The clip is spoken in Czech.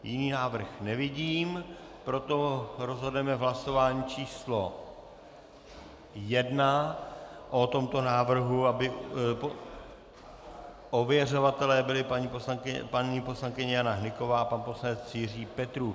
Jiný návrh nevidím, proto rozhodneme v hlasování číslo 1 o tomto návrhu, aby ověřovatelé byli paní poslankyně Jana Hnyková a pan poslanec Jiří Petrů.